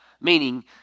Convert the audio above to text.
meaning